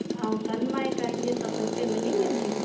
ऐं सनमाइका इहे सभु हिते मिली वेंदियूं